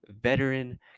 veteran